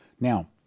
Now